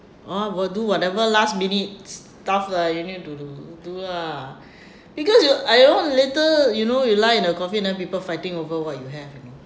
I will do whatever last minute's stuff lah you need to do do lah because you I don't know later you know you lie in a coffin then people fighting over what you have you know